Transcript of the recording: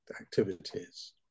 activities